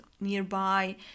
nearby